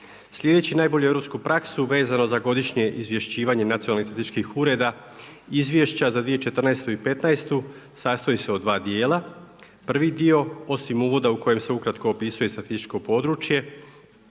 Slijedeći najbolju europsku praksu vezano za godišnje izvješćivanje nacionalnih statističkih ureda izvješća za 2014. i 2015. sastoji se od 2 dijela. Prvi dio, osim uvoda u kojem se ukratko opisuje statističko područje,